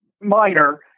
minor